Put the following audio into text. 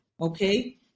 okay